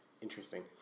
Interesting